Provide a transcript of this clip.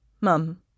Mum